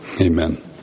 Amen